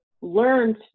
learned